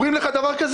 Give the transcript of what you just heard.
אומרים לך דבר כזה?